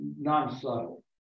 non-subtle